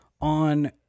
on